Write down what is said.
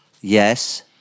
Yes